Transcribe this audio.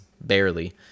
barely